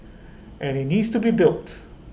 and IT needs to be built